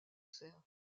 serfs